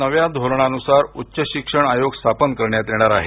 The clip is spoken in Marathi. नव्या धोरणानुसार उच्च शिक्षण आयोग स्थापन करण्यात येणार आहे